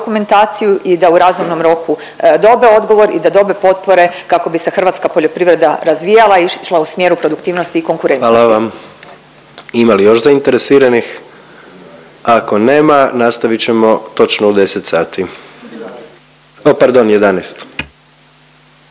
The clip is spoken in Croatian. dokumentaciju i da u razumnom roku dobe odgovor i da dobe potpore kako bi se hrvatska poljoprivreda razvijala i išla u smjeru produktivnosti i konkurentnosti. **Jandroković, Gordan (HDZ)** Hvala vam. Ima li još zainteresiranih? Ako nema nastavit ćemo točno u 10 sati. …/Upadica: 11./…